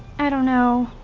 i don't know.